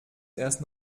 erst